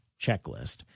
checklist